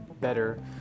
better